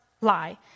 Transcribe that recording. lie